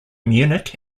munich